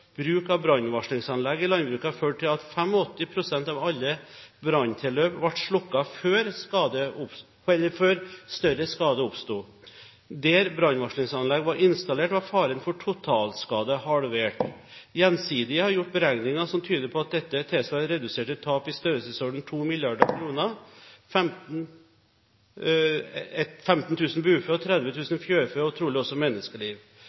bruk av brannvarslingsanlegg i landbruket har ført til at 85 pst. av alle branntilløp ble slukket før større skade oppsto. Der brannvarslingsanlegg ble installert, var faren for totalskade halvert. Gjensidige har gjort beregninger som tyder på at dette tilsvarer reduserte tap i størrelsesorden 2 mrd. kr, 15 000 bufe og 30 000 fjørfe og trolig også menneskeliv.